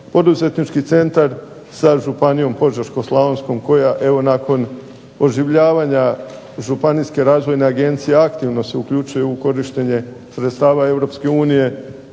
Poduzetnički centar sa Županijom požeško-slavonskom, koja evo nakon oživljavanja županijske razvojne agencije aktivno se uključuje u korištenje sredstava